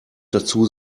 dazu